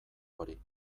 hori